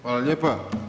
Hvala lijepa.